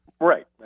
right